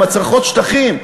עם הצרחות שטחים.